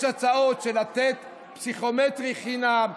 יש הצעות של לתת פסיכומטרי חינם.